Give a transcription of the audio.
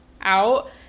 out